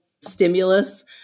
stimulus